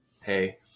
Hey